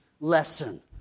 lesson